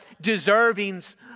deservings